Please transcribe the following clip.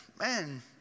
man